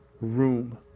room